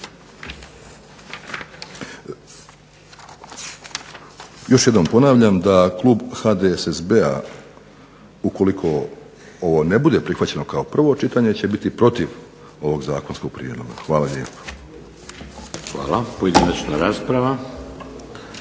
Još jednom ponavljam da klub HDSSB-a ukoliko ovo ne bude prihvaćeno kao prvo čitanje će biti protiv ovog zakonskog prijedloga. Hvala lijepo. **Šeks, Vladimir